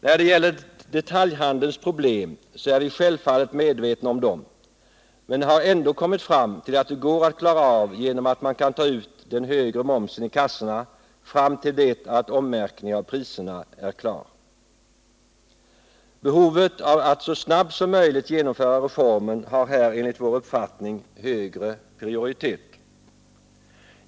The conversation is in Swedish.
När det gäller detaljhandelns problem är vi självfallet medvetna om dem, men vi har ändå kommit fram till att de går att klara av genom att man kan ta ut den högre momsen i kassorna fram till det att ommärkningen av priserna är klar. Behovet av att så snabbt som möjligt genomföra reformen har här enligt vår uppfattning högre prioritet.